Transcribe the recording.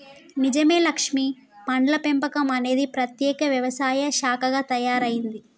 నిజమే లక్ష్మీ పండ్ల పెంపకం అనేది ప్రత్యేక వ్యవసాయ శాఖగా తయారైంది